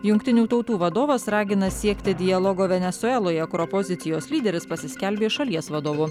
jungtinių tautų vadovas ragina siekti dialogo venesueloje kur opozicijos lyderis pasiskelbė šalies vadovu